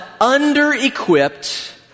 under-equipped